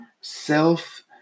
self